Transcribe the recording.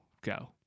go